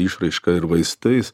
išraišką ir vaistais